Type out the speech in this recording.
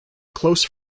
close